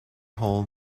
hole